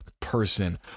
Person